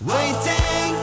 Waiting